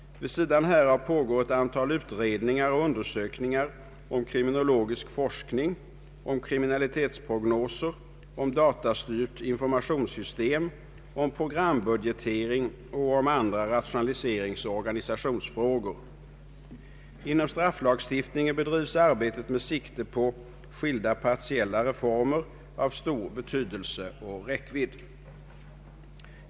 Vid sidan härav pågår ett antal utredningar och undersökningar om kriminologisk forskning, om kriminalitetsprognoser, om datastyrt informationssystem, om programbudgetering och om andra rationaliseringsoch organisationsfrågor. Inom strafflagstiftningen bedrivs arbetet med sikte på skilda partiella reformer av stor betydelse och räckvidd.